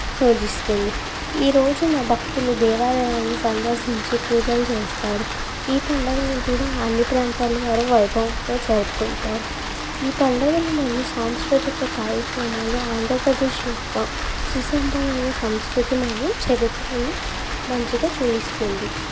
సూచిస్తుంది ఈరోజు నా భక్తులు దేవాలయాన్ని సందర్శించి పూజలు చేస్తారు ఈ పండుగను కూడా అన్ని ప్రాంతాల వారు వైభవంగా జరుపుకుంటారు ఈ పండుగలు మరియు సాంస్కృతిక కార్యక్రమాలు ఆంధ్రప్రదేశ్ యొక్క సుసంపన్నమైన సంస్కృతి మరియు చరిత్రను మంచిగా చూపిస్తుంది